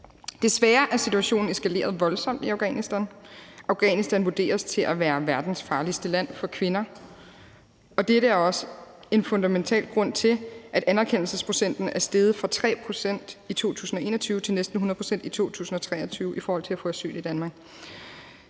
Desværre er situationen eskaleret voldsomt i Afghanistan. Afghanistan vurderes til at være verdens farligste land for kvinder, og dette er også en fundamental grund til, at anerkendelsesprocenten er steget fra 3 pct. i 2021 til næsten 100 pct. i 2023 i forhold til at få asyl i Danmark.